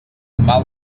mal